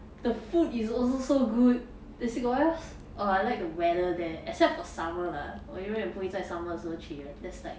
the food is also so good then still got what else oh I like the weather there except for summer lah 我永远不会在 summer 的时候去的 that's like